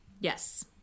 Yes